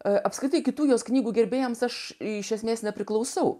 apskritai kitų jos knygų gerbėjams aš iš esmės nepriklausau